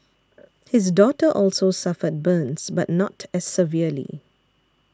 his daughter also suffered burns but not as severely